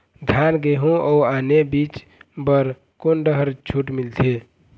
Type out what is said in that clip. धान गेहूं अऊ आने बीज बर कोन डहर छूट मिलथे?